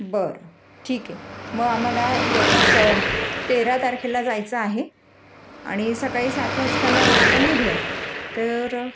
बरं ठीक आहे मग आम्हाला जवळपास तेरा तारखेला जायचं आहे आणि सकाळी सात वाजताला आपण निघूयात तर